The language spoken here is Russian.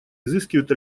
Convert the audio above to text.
изыскивают